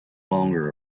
longer